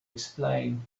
explain